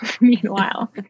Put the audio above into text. meanwhile